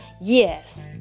Yes